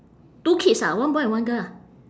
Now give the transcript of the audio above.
two kids ah one boy and one girl ah